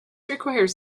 requires